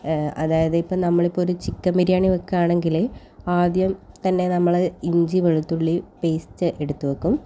അതായത് ഇപ്പം നമ്മളിപ്പോൾ ഒരു ചിക്കൻ ബിരിയാണി വെക്കാണെങ്കിൽ ആദ്യം തന്നെ നമ്മൾ ഇഞ്ചി വെളുത്തുള്ളി പേസ്റ്റ് എടുത്ത് വെക്കും